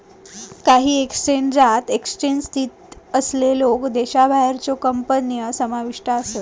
काही एक्सचेंजात एक्सचेंज स्थित असलेल्यो देशाबाहेरच्यो कंपन्या समाविष्ट आसत